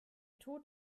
tod